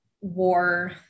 war